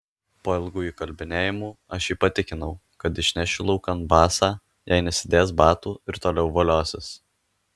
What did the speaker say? po ilgų įkalbinėjimų aš jį patikinau kad išnešiu laukan basą jei nesidės batų ir toliau voliosis